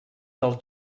del